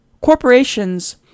corporations